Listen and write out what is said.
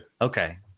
Okay